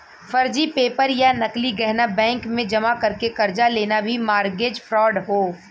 फर्जी पेपर या नकली गहना बैंक में जमा करके कर्जा लेना भी मारगेज फ्राड हौ